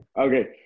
Okay